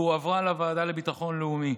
והועברה לוועדה לביטחון לאומי.